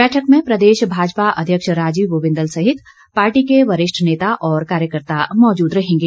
बैठक में प्रदेश भाजपा अध्यक्ष राजीव बिंदल सहित पार्टी के वरिष्ठ नेता और कार्यकर्ता माजूद रहेंगे